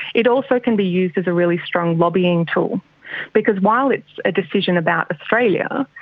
it also can be used as a really strong lobbying tool because while it's a decision about australia,